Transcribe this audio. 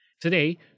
Today